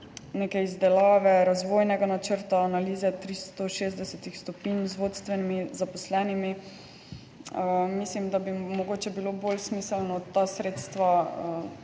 in izdelavi razvojnega načrta, analize 360 stopinj z vodstvenimi zaposlenimi. Mislim, da bi mogoče bilo bolj smiselno ta sredstva